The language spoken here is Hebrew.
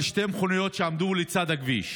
של שתי מכוניות שעמדו לצד הכביש